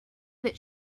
that